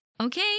Okay